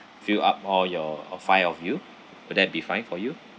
fill up all your all five of you will that be fine for you